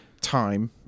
time